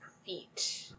feet